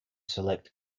select